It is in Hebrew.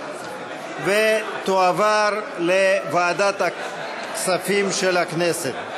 ותועבר לוועדת הכספים של הכנסת.